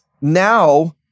now